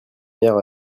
maire